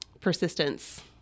persistence